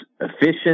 efficient